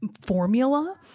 formula